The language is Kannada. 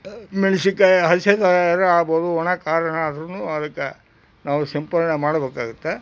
ಮೆಣಸಿನ್ಕಾಯಿ ಹಸಿಕಾಯಿ ಆಗ್ಬೋದು ಒಣ ಖಾರ ಆದ್ರೂ ಅದ್ಕೆ ನಾವು ಸಿಂಪಡನೆ ಮಾಡಬೇಕಾಗುತ್ತೆ